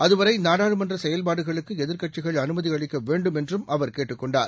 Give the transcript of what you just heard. அதுவரைநாடாளுமன்றசெயல்பாடுகளுக்குஎதிர்க்கட்சிகள் அனுமதிஅளிக்கவேண்டும் என்றும் அவர் கேட்டுக்கொண்டார்